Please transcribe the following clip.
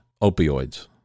opioids